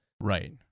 right